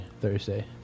Thursday